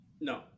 No